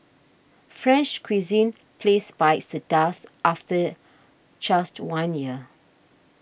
French cuisine place bites the dust after just one year